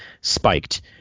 spiked